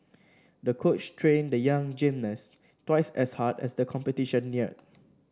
the coach trained the young gymnast twice as hard as the competition neared